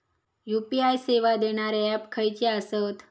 UPI सेवा देणारे app खयचे आसत?